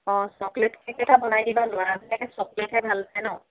অঁ chocolate cake এটা বনাই দিবা ল'ৰা চকলেটে ভাল নায় ন